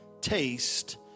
taste